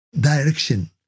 direction